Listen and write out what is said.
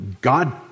God